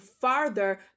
farther